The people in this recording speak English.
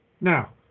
Now